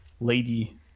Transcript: lady